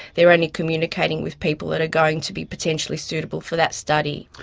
they're only communicating with people that are going to be potentially suitable for that study.